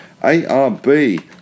ARB